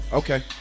okay